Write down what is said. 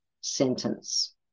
sentence